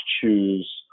choose